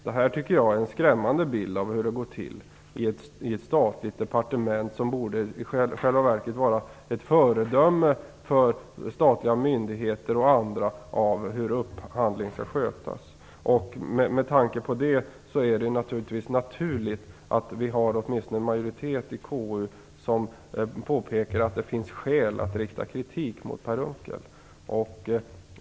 Det här tycker jag är en skrämmande bild av hur det går till i ett departement som i själva verket borde vara ett föredöme för statliga myndigheter och andra när det gäller hur upphandling skall skötas. Med tanke på detta är det naturligt att en majoritet i KU påpekar att det finns skäl att rikta kritik mot Per Unckel.